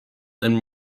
and